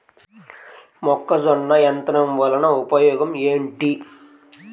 మొక్కజొన్న యంత్రం వలన ఉపయోగము ఏంటి?